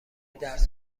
درس